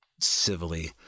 civilly